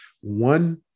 one